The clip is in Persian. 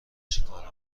چیکاره